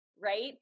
right